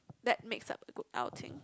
that makes up a good outing